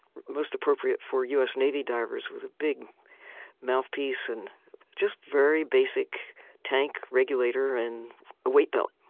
most appropriate for u s. navy divers, with a big mouthpiece and just very basic tank regulator and a weight belt.